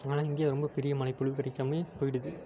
அதனால் இந்தியா ரொம்ப பெரிய மழை பொழிவு கிடைக்காமையே போய்விடுது